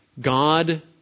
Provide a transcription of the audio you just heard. God